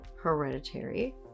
Hereditary